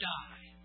die